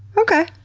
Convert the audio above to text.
okay.